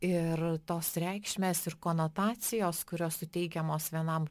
ir tos reikšmės ir konotacijos kurios suteikiamos vienam